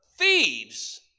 Thieves